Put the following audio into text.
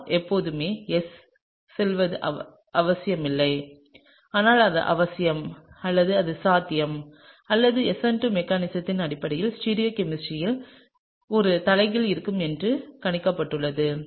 R எப்போதுமே S க்குச் செல்வது அவசியமில்லை ஆனால் அது அவசியம் அல்லது அது சாத்தியம் அல்லது SN2 மெக்கானிசத்தின் அடிப்படையில் ஸ்டீரியோ கெமிஸ்ட்ரியில் ஒரு தலைகீழ் இருக்கும் என்று கணிக்கப்பட்டுள்ளது